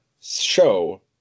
show